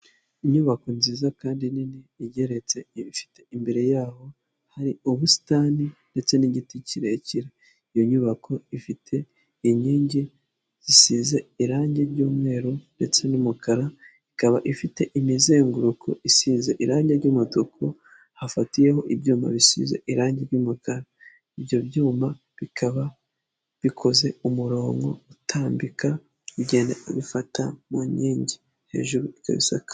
Inyubako nziza kandi nini igeretse ifite imbere yaho, hari ubusitani ndetse n'igiti kirekire iyo nyubako ifite inkingi zisize irangi ry'umweru ndetse n'umukara ikaba ifite imizenguruko isize irangi ry'umutuku hafatiyeho ibyuma bisize irangi ry'umukara ibyo byumba bikaba bikoze umurongo utambika ugenda ubifata mu nkingi hejuru y'isakaje.